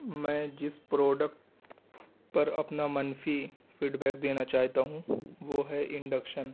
میں جس پروڈکٹ پر اپنا منفی فیڈبیک دینا چاہتا ہوں وہ ہے انڈکشن